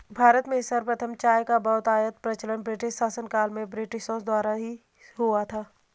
भारत में सर्वप्रथम चाय का बहुतायत प्रचलन ब्रिटिश शासनकाल में ब्रिटिशों द्वारा ही हुआ था